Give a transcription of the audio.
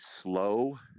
slow